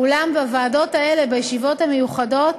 אולם בוועדות האלה, בישיבות המיוחדות,